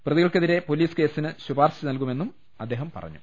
പ്രതികൾക്കെതിരെ പൊലീസ് കേസിന് ശുപാർശ നൽകുമെന്നും അദ്ദേഹം പറഞ്ഞു